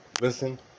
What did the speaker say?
listen